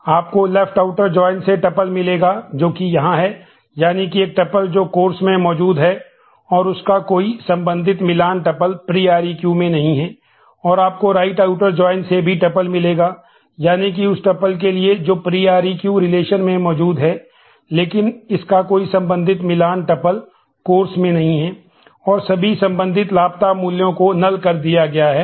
तो आप भी जॉइन के साथ समान या मेल खाता है